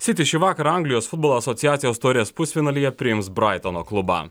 siti šį vakarą anglijos futbolo asociacijos taurės pusfinalyje priims braitono klubą